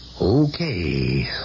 Okay